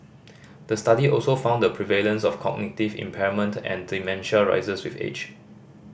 the study also found the prevalence of cognitive impairment and dementia rises with age